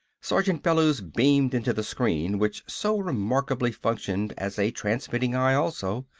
sergeant bellews beamed into the screen which so remarkably functioned as a transmitting-eye also.